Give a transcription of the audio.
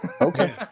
Okay